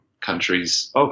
countries